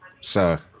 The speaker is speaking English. sir